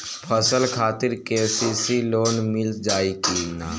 फसल खातिर के.सी.सी लोना मील जाई किना?